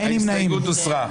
ההסתייגויות הוסרו.